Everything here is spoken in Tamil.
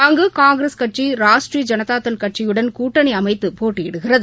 அங்கு காங்கிரஸ் கட்சி ராஷ்ட்ரிய ஜனதாதள் கட்சியுடன் கூட்டணி அமைத்துப் போட்டயிடுகிறது